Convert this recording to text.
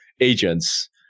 agents